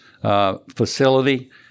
facility